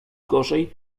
gorzej